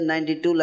92